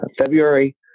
February